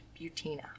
Butina